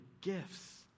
gifts